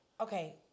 Okay